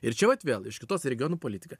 ir čia vat vėl iš kitos regionų politika